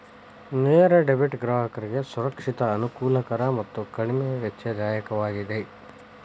ನೇರ ಡೆಬಿಟ್ ಗ್ರಾಹಕರಿಗೆ ಸುರಕ್ಷಿತ, ಅನುಕೂಲಕರ ಮತ್ತು ಕಡಿಮೆ ವೆಚ್ಚದಾಯಕವಾಗಿದೆ